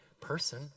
person